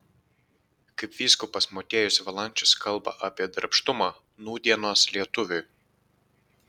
kaip vyskupas motiejus valančius kalba apie darbštumą nūdienos lietuviui